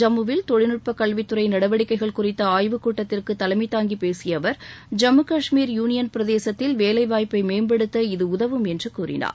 ஜம்முவில் தொழில்நுட்ப கல்வித்துறை நடவடிக்கைகள் குறித்த ஆய்வு கூட்டத்திற்கு தலைமை தாங்கி பேசிய அவர் ஜம்மு காஷ்மீர் யூனியன் பிரதேசத்தில் வேலைவாய்ப்பை மேம்படுத்த இது உதவும் என்று கூறினார்